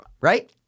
right